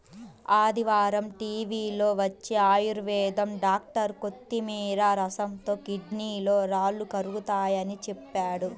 ఆదివారం టీవీలో వచ్చే ఆయుర్వేదం డాక్టర్ కొత్తిమీర రసంతో కిడ్నీలో రాళ్లు కరుగతాయని చెప్పాడు